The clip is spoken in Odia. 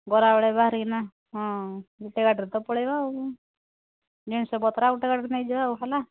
ଖରା ବେଳେ ବାହାରିକିନା ହଁ ଗୋଟେ ଗାଡ଼ିରେ ତ ପଳେଇବା ଆଉ ଜିନିଷ ପତ୍ର ଗୋଟେ ଗାଡ଼ିରେ ନେଇଯିବା ଆଉ ହେଲା